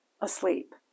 asleep